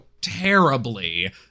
terribly